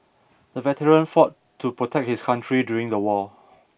the veteran fought to protect his country during the war